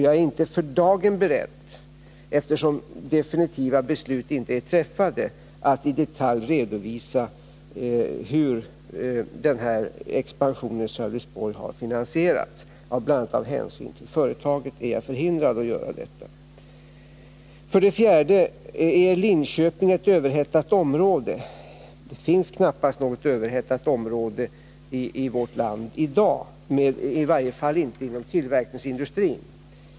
Jag är inte för dagen beredd, eftersom definitiva beslut inte är fattade, att i detalj redovisa hur expansionen i Sölvesborg har finansierats. Bl. a. av hänsyn till företaget är jag förhindrad att göra detta. För det fjärde undras om Linköping är ett överhettat område. Det finns knappast något överhettat område i vårt land i dag, i varje fall inte inom tillverkningsindustrin.